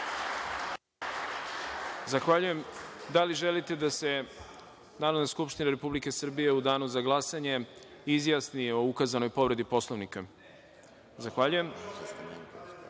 Hvala. Da li želite da se Narodna skupština Republike Srbije u danu za glasanje izjasni o ukazanoj povredi Poslovnika? (Ne.)Reč